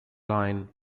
line